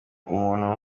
umuntu